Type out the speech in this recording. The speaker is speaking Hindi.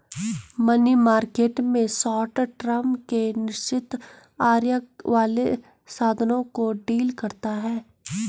मनी मार्केट में शॉर्ट टर्म के निश्चित आय वाले साधनों को डील करता है